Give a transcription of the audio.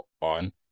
on